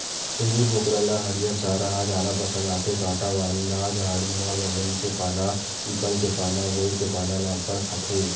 छेरी बोकरा ल हरियर चारा ह जादा पसंद आथे, कांटा वाला झाड़ी म बमरी के पाना, पीपल के पाना, बोइर के पाना ल अब्बड़ खाथे